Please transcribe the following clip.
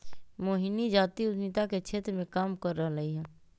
मोहिनी जाति उधमिता के क्षेत्र मे काम कर रहलई ह